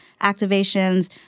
activations